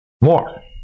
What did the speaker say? More